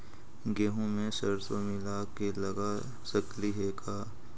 गेहूं मे सरसों मिला के लगा सकली हे का?